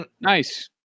Nice